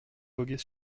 voguer